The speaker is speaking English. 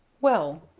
well,